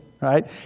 right